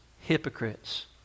hypocrites